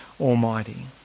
Almighty